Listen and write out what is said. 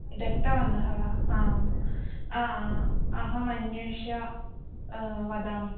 रक्तवर्णः वा आम् अहम् अन्येषां वदामि